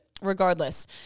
Regardless